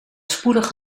spoedig